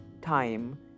time